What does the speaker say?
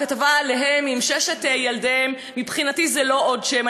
הכתבה עליהם עם ששת ילדיהם, מבחינתי זה לא עוד שם.